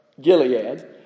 Gilead